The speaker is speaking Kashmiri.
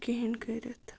کِہیٖنۍ کٔرِتھ